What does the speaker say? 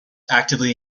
actively